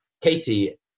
katie